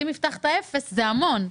אם הבטחת אפס, 600 זה המון.